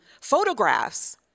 photographs